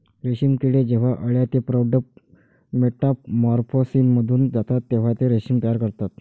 रेशीम किडे जेव्हा अळ्या ते प्रौढ मेटामॉर्फोसिसमधून जातात तेव्हा ते रेशीम तयार करतात